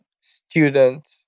student